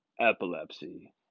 epilepsy